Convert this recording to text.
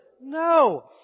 No